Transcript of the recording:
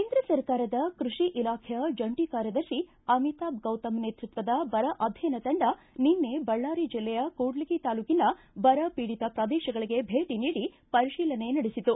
ಕೇಂದ್ರ ಸರ್ಕಾರದ ಕೃಷಿ ಇಲಾಖೆಯ ಜಂಟ ಕಾರ್ಯದರ್ಶಿ ಅಮಿತಾಬ್ ಗೌತಮ್ ನೇತೃತ್ವದ ಬರ ಅಧ್ಯಯನ ತಂಡ ನಿನ್ನೆ ಬಳ್ಯಾರಿ ಜಿಲ್ಲೆಯ ಕೂಡ್ಲಿಗಿ ತಾಲೂಕಿನ ಬರ ಪೀಡಿತ ಪ್ರದೇಶಗಳಿಗೆ ಭೇಟಿ ನೀಡಿ ಪರಿಶೀಲನೆ ನಡೆಸಿತು